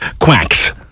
quacks